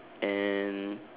and